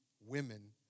women